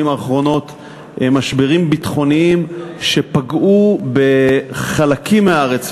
האחרונות משברים ביטחוניים שפגעו בחלקים מהארץ,